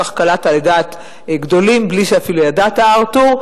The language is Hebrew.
כך קלעת לדעת גדולים בלי שאפילו ידעת, ארתור.